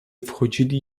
wchodzili